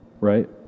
right